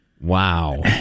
Wow